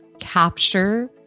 capture